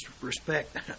respect